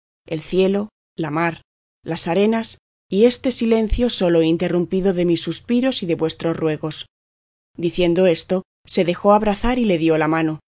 el cielo la mar las arenas y este silencio sólo interrumpido de mis suspiros y de vuestros ruegos diciendo esto se dejó abrazar y le dio la mano